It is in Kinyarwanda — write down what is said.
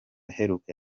iheruka